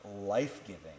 life-giving